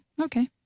Okay